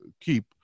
keep